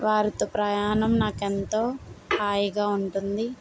వారితో ప్రయాణం నాకెంతో హాయిగా ఉంటుంది